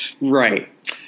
Right